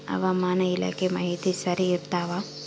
ಹವಾಮಾನ ಇಲಾಖೆ ಮಾಹಿತಿ ಸರಿ ಇರ್ತವ?